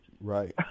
Right